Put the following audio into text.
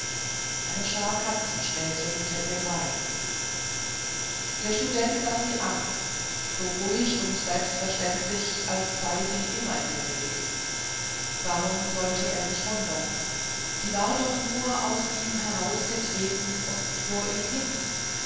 eine schar katzen spähte hinter ihr drein der student sah sie an so ruhig und selbstverständlich als sei sie immer hier gewesen warum sollte er sich wundern war sie doch nur aus ihm herausgetreten und vor ihn hin